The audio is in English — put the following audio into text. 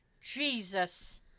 Jesus